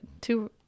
Two